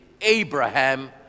Abraham